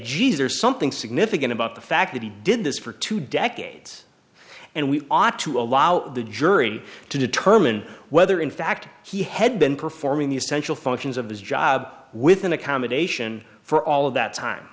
or something significant about the fact that he did this for two decades and we ought to allow the jury to determine whether in fact he had been performing the essential functions of his job with an accommodation for all of that time